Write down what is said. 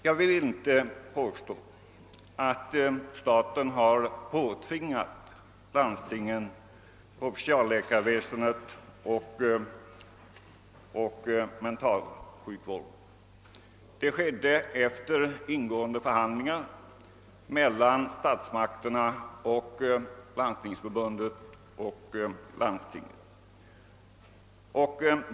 Jag vill inte påstå att staten har påtvingat landstingen provinsialläkarväsendet och mentalsjukvården. Det skedde efter ingående förhandlingar mellan statsmakterna samt Landstingsförbundet och landstingen.